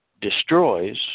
destroys